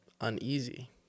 uneasy